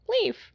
leave